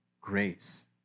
grace